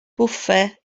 bwffe